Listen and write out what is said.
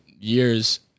years